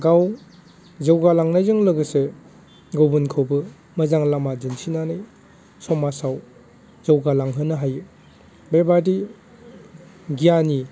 गाव जौगालांनायजों लोगोसे गुबुनखौबो मोजां लामा दिन्थिनानै समाजाव जौगालांहोनो हायो बेबायदि गियानि